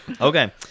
Okay